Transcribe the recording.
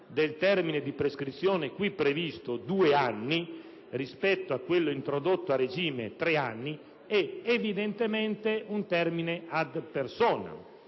del termine di prescrizione qui previsto - due anni - rispetto a quello introdotto a regime - tre anni - è evidentemente un termine *ad personam*.